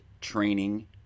training